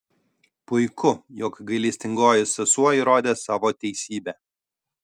puiku jog gailestingoji sesuo įrodė savo teisybę